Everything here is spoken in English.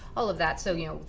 all of that. so you know,